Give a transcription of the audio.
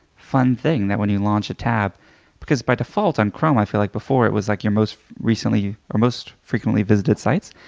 fun thing that when you launch a tab because by default on chrome, i feel like before it was like your most recently most frequently visited sites,